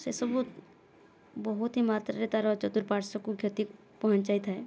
ସେସବୁବହୁତ ହିଁ ମାତ୍ରାରେ ତା'ର ଚତୁପାର୍ଶ୍ଵକୁ କ୍ଷତି ପହଞ୍ଚାଇଥାଏ